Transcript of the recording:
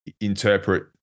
interpret